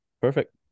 Perfect